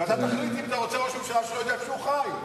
ואתה תחליט אם אתה רוצה ראש ממשלה שלא יודע איפה הוא חי.